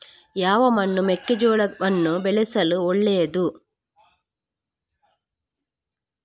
ಯಾವ ಮಣ್ಣು ಮೆಕ್ಕೆಜೋಳವನ್ನು ಬೆಳೆಯಲು ಒಳ್ಳೆಯದು?